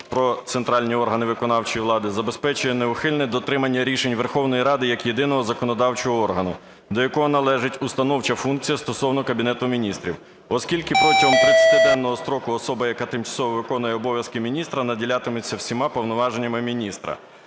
"Про центральні органи виконавчої влади" забезпечує неухильне дотримання рішень Верховної Ради як єдиного законодавчого органу, до якого належить установча функція стосовно Кабінету Міністрів, оскільки протягом 30-денного строку особа, яка тимчасово виконує обов'язки міністра, наділятиметься всіма повноваженнями міністра.